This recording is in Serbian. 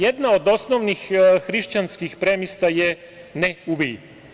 Jedna od osnovnih hrišćanskih premisa je „ne ubij“